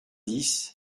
dix